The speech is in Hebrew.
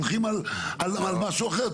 הולכים על משהו אחר,